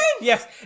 Yes